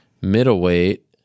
Middleweight